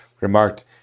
remarked